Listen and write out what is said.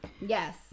yes